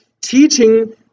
teaching